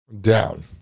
Down